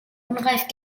unreif